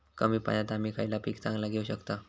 कमी पाण्यात आम्ही खयला पीक चांगला घेव शकताव?